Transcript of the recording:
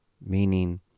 Meaning